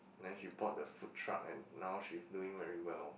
then she bought the food truck and now she's doing very well